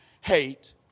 hate